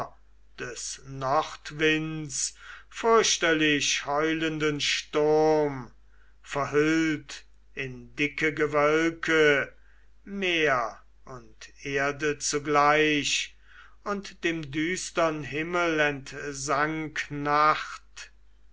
des nordwinds fürchterlich heulenden sturm verhüllt in dicke gewölke meer und erde zugleich und dem düstern himmel entsank